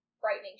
frightening